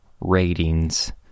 ratings